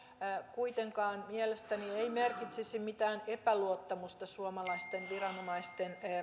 kuitenkaan mielestäni ei merkitsisi mitään epäluottamusta suomalaisten viranomaisten